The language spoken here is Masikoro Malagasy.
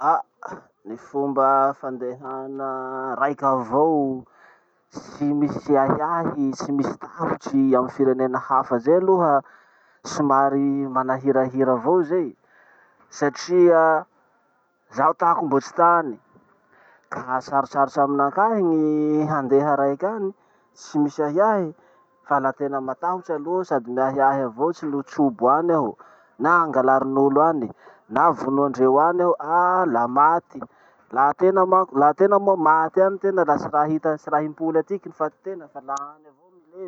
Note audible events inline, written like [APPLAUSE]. Ah! [NOISE] Ny fomba fandehana raiky avao tsy misy ahiahy tsy misy tahotry amy firenena hafa zay aloha somary manahirahira avao zay. Satria zaho tako mbo tsy tany ka sarosarotsy aminakahy gny handeha raiky any tsy misy ahiahy, fa le tena matahotry aloha aho tsy noho trobo any aho na angalarin'olo any, na vonoandreo any aho ah! la maty. Laha tena manko- laha tena moa maty any tena la tsy raha hita- tsy raha himpoly atiky ny fatitena fa la any avao milevy.